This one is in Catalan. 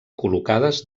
col·locades